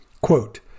Quote